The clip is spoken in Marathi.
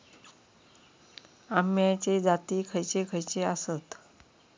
अम्याचे जाती खयचे खयचे आसत?